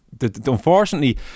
Unfortunately